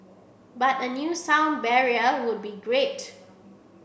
but a new sound barrier would be great